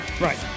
Right